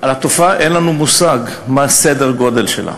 על התופעה, אין לנו מושג מה סדר-הגודל שלה.